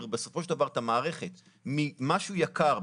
בסופו של דבר את המערכת ממשהו יקר,